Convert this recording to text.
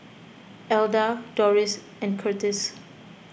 Alda Dorris and Curtiss